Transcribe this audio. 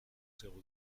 zéro